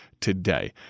today